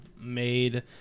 made